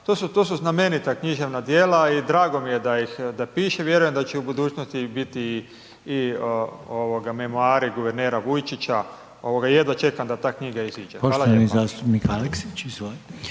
to su znamenita književna djela i drago mi je da piše vjerujem da će u budućnosti i biti i ovoga memoari guvernera Vujčića ovoga jedva čekam da ta knjiga iziđe. Hvala lijepa.